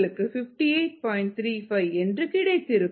35 என்று கிடைத்திருக்கும்